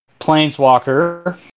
Planeswalker